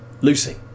Lucy